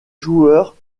joueurs